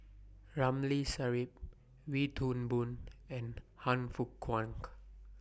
Ramli Sarip Wee Toon Boon and Han Fook Kwang